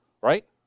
right